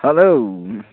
hello